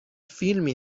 فیلمی